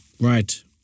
right